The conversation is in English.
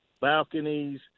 balconies